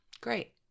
Great